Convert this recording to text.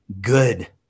good